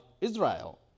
Israel